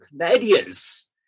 Canadians